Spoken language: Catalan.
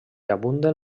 abunden